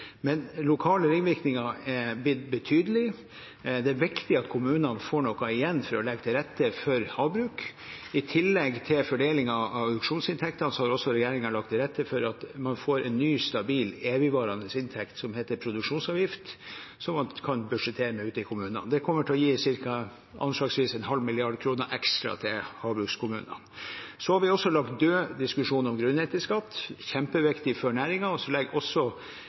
Men lokale ringvirkninger er blitt betydelig, og det er viktig at kommunene får noe igjen for å legge til rette for havbruk. I tillegg til fordelingen av auksjonsinntektene har også regjeringen lagt til rette for at man får en ny stabil, evigvarende inntekt som heter produksjonsavgift, som man kan budsjettere med ute i kommunene. Det kommer anslagsvis til å gi ca. 0,5 mrd. kr ekstra til havbrukskommunene. Så har vi også lagt død diskusjonen om grunnrenteskatt. Det er kjempeviktig for næringen og legger også